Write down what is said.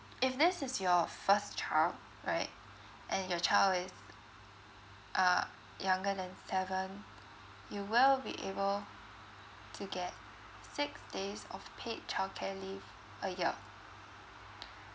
if this is your first child right and your child is uh younger than seven you will be able to get six days of paid childcare leave per year